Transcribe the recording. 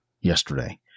yesterday